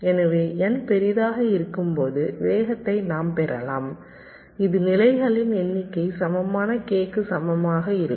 எனவே n பெரிதாக இருக்கும்போது வேகத்தை நாம் பெறலாம் இது நிலைகளின் எண்ணிக்கை சமமான k க்கு சமமாக இருக்கும்